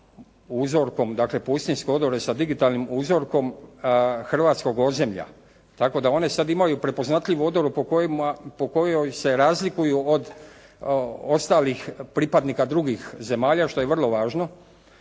uzorkom, dakle pustinjske odore sa digitalnim uzorkom hrvatskog ozemlja. Tako da oni sada imaju prepoznatljivu odoru po kojoj se razlikuju od ostalih pripadnika drugih zemalja što je vrlo važno.